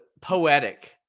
poetic